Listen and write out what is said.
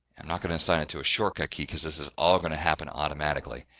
i'm not going to assign it to a shortcut key because this is all going to happen automatically.